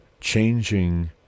changing